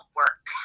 work